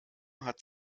hat